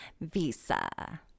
visa